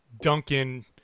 Duncan